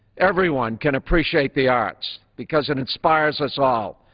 everyone can appreciate the arts because it inspires us all.